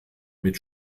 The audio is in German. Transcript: mit